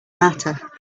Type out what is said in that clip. matter